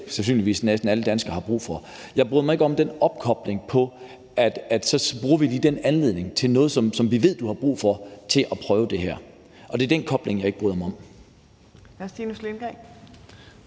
sandsynligvis næsten alle danskere har brug for. Jeg bryder mig ikke om den opkobling på, at så bruger vi lige den anledning i forhold til noget, som vi ved du har brug for, til at prøve det her. Det er den kobling, jeg ikke bryder mig om.